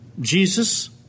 Jesus